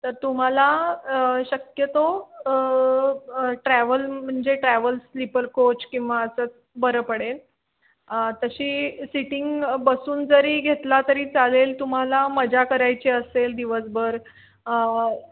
तर तुम्हाला शक्यतो ट्रॅव्हल म्हणजे ट्रॅव्हल स्लिपर कोच किंवा असंच बरं पडेल तशी सिटिंग बसून जरी घेतला तरी चालेल तुम्हाला मजा करायची असेल दिवसभर